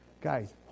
Guys